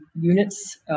units